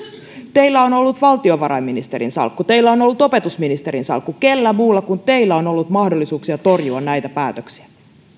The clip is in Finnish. teillä on on ollut valtiovarainministerin salkku teillä on ollut opetusministerin salkku kellä muulla kuin teillä on ollut mahdollisuuksia torjua näitä päätöksiä